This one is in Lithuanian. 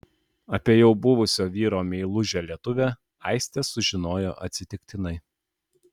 apie jau buvusio vyro meilužę lietuvę aistė sužinojo atsitiktinai